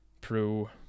pro